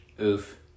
Oof